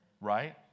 Right